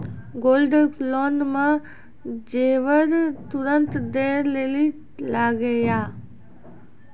Gold loan मे जेबर तुरंत दै लेली लागेया?